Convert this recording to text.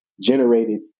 generated